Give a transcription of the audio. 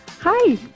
hi